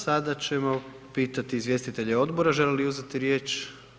Sada ćemo pitati izvjestitelje odbora žele li uzeti riječ?